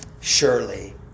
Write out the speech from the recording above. surely